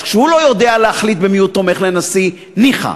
אז כשהוא לא יודע במי הוא תומך לנשיא, ניחא.